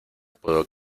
puedo